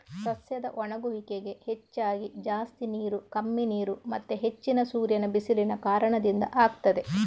ಸಸ್ಯದ ಒಣಗುವಿಕೆಗೆ ಹೆಚ್ಚಾಗಿ ಜಾಸ್ತಿ ನೀರು, ಕಮ್ಮಿ ನೀರು ಮತ್ತೆ ಹೆಚ್ಚಿನ ಸೂರ್ಯನ ಬಿಸಿಲಿನ ಕಾರಣದಿಂದ ಆಗ್ತದೆ